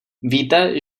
víte